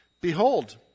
Behold